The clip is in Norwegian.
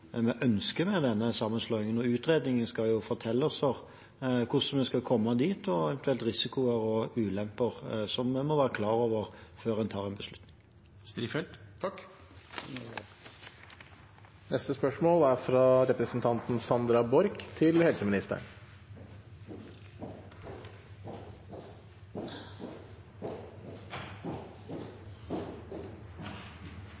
vi ønsker – med denne sammenslåingen. Utredningen skal fortelle oss hvordan vi skal komme dit, og eventuelt om risikoer og ulemper som vi må være klar over før vi tar en beslutning. Takk.